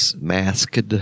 Masked